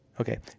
Okay